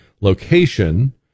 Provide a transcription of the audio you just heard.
location